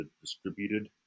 distributed